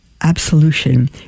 absolution